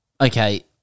Okay